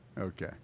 Okay